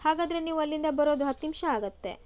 ಹಾಗಾದರೆ ನೀವು ಅಲ್ಲಿಂದ ಬರೋದು ಹತ್ತು ನಿಮಿಷ ಆಗುತ್ತೆ